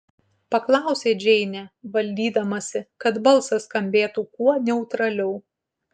paklausė džeinė valdydamasi kad balsas skambėtų kuo neutraliau